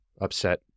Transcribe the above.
upset